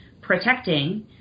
protecting